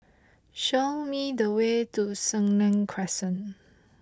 show me the way to Senang Crescent